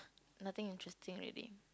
nothing interesting already